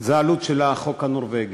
זאת העלות של החוק הנורבגי.